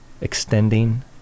extending